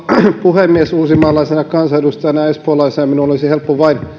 puhemies uusimaalaisena kansanedustajana ja espoolaisena minun olisi helppo vain